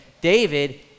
David